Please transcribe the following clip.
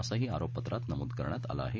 असंही आरोपपत्रात नमूद करण्यात आलं आहे